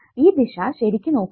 ഈ ദിശ ശെരിക്ക് നോക്കുക